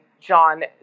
John